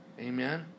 Amen